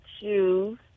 shoes